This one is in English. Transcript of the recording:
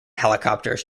helicopters